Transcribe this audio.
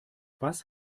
was